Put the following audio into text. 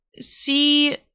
see